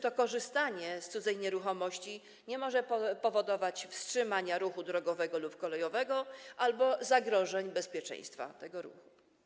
To korzystanie z cudzej nieruchomości nie może powodować wstrzymania ruchu drogowego lub kolejowego albo zagrożeń bezpieczeństwa tego ruchu.